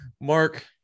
Mark